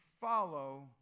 follow